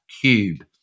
cube